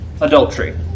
adultery